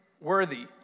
worthy